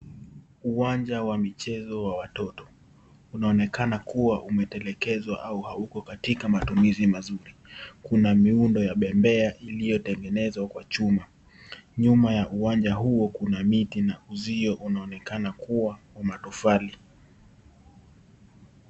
Uwanja wa michezo wa watoto unaonekana kuwa umetelekezwa au hauko katika matumizi mazuri. Kuna miundo ya bebea iliyotengenezwa kwa chuma. Nyuma ya uwanja huo kuna miti na uzio unaonekana kuwa wa matofali.